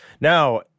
Now